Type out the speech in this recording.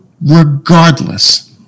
regardless